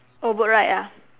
oh boat ride ah